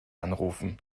anrufen